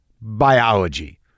biology